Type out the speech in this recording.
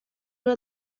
una